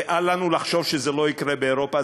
ואל לנו לחשוב שזה לא יקרה באירופה.